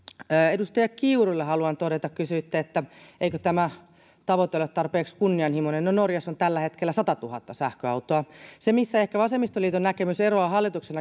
edustaja kiurulle haluan todeta kun kysyitte eikö tämä tavoite ole tarpeeksi kunnianhimoinen no norjassa on tällä hetkellä satatuhatta sähköautoa se missä vasemmistoliiton näkemys ehkä eroaa hallituksen